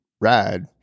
ride